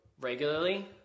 regularly